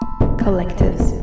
Collectives